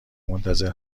منتظر